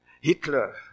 Hitler